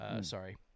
Sorry